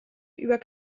über